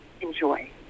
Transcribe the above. enjoy